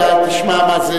תשמע מה זה